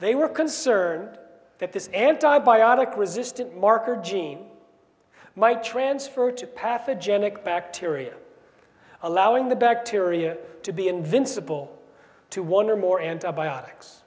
they were concerned that this antibiotic resistant marker gene might transfer to pathogenic bacteria allowing the bacteria to be invincible to one or more antibiotics